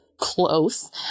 Close